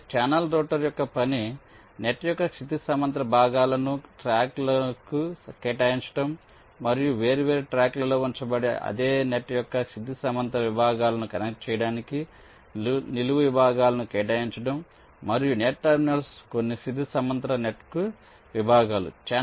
కాబట్టి channel router యొక్క పని నెట్ యొక్క క్షితిజ సమాంతర భాగాలను ట్రాక్లకు కేటాయించడం మరియు వేర్వేరు ట్రాక్లలో ఉంచబడే అదే నెట్ యొక్క క్షితిజ సమాంతర విభాగాలను కనెక్ట్ చేయడానికి నిలువు విభాగాలను కేటాయించడం మరియు నెట్ టెర్మినల్స్ కొన్ని క్షితిజ సమాంతర నెట్కు విభాగాలు